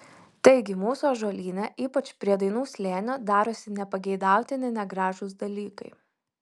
taigi mūsų ąžuolyne ypač prie dainų slėnio darosi nepageidautini negražūs dalykai